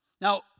Now